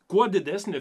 kuo didesnė